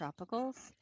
Tropicals